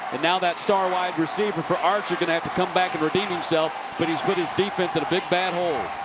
and now that star wide receiver for archer, going to have to come back and redeem himself. but he's put his defense in a big bad hole.